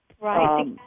Right